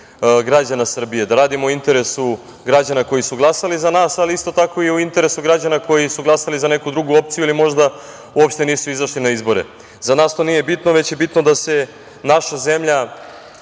građana Srbije, da radimo u interesu građana koji su glasali za nas, ali isto tako i u interesu građana koji su glasali za neku drugu opciju ili možda uopšte nisu izašli na izbore.Za nas to nije bitno, već je bitno da se naša zemlja